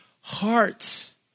hearts